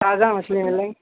تازہ مچھلی ملیں گی